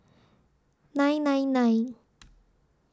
nine nine nine